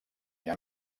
del